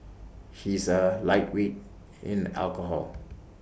he is A lightweight in alcohol